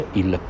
il